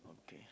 okay